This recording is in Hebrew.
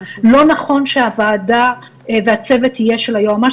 לא נכון שהוועדה והצוות יהיה של היועמ"ש.